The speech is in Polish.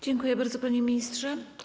Dziękuję bardzo, panie ministrze.